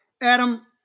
Adam